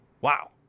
Wow